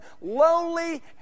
lonely